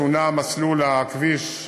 שונה מסלול הכביש,